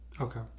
Okay